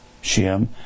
Shem